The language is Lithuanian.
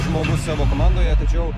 žmogus savo komandoje tačiau